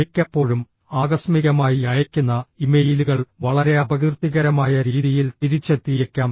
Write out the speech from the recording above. മിക്കപ്പോഴും ആകസ്മികമായി അയയ്ക്കുന്ന ഇമെയിലുകൾ വളരെ അപകീർത്തികരമായ രീതിയിൽ തിരിച്ചെത്തിയേക്കാം